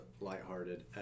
lighthearted